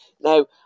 Now